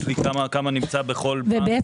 יש לי של כמה נמצא בכל בנק --- ובעצם,